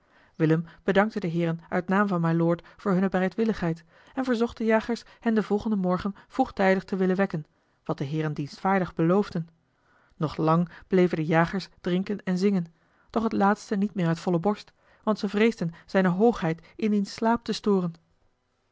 willem bedankte de heeren uit naam van mylord voor hunne bereidwilligheid en verzocht den jagers hen den volgenden morgen vroegtijdig te willen wekken wat de heeren dienstvaardig beloofden nog lang bleven de jagers drinken en zingen doch het laatste niet meer uit volle borst want ze vreesden zijne hoogheid in diens slaap te storen